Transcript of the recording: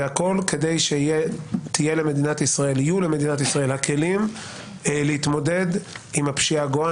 והכול כדי שיהיו למדינת ישראל הכלים להתמודד עם הפשיעה הגואה.